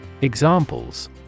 Examples